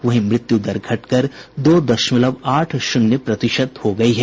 वहीं मृत्यु दर घटकर दो दशमलव आठ शून्य प्रतिशत हो गयी है